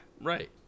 Right